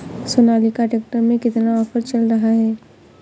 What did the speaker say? Sonalika tractor में कितना offer चल रहा है?